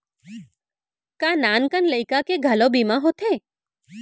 का नान कन लइका के घलो बीमा होथे?